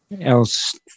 else